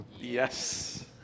Yes